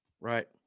Right